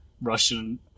Russian